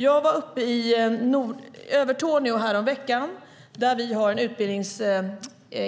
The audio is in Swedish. Jag var häromveckan uppe i Övertorneå, där vi